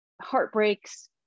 heartbreaks